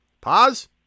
Pause